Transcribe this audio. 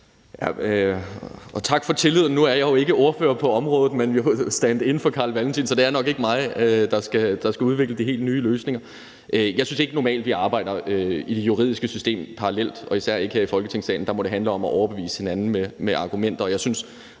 Tak for tilliden. Nu er jeg jo ikke ordfører på området, men standin for Carl Valentin, så det er nok ikke mig, der skal udvikle de helt nye løsninger. Jeg synes ikke, at vi normalt arbejder i det juridiske system parallelt og især ikke her i Folketingssalen. Der må det handle om at overbevise hinanden med argumenter, og jeg synes,